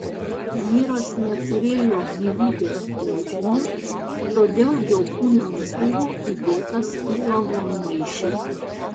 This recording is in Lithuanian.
vyras neturėjo gyvybės požymių todėl jo kūnas buvo įdėtas į lavonmaišį